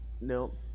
Nope